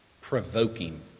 provoking